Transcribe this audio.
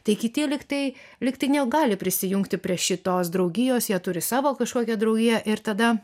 tai kiti lyg tai lyg tai negali prisijungti prie šitos draugijos jie turi savo kažkokią draugiją ir tada